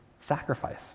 sacrifice